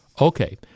Okay